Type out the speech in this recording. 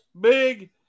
big